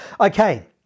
Okay